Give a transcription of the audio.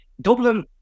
Dublin